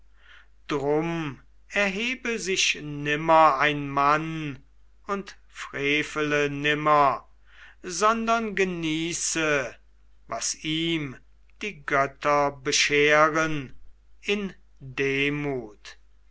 drum erhebe sich nimmer ein mann und frevele nimmer sondern genieße was ihm die götter bescheren in demut